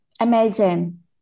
imagine